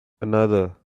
another